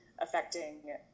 affecting